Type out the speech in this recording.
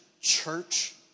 church